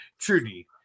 Trudy